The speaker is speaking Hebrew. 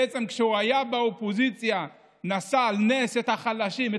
כשהוא היה באופוזיציה הוא נשא על נס את החלשים,